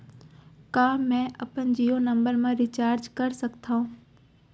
का मैं अपन जीयो नंबर म रिचार्ज कर सकथव?